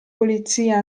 polizia